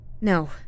No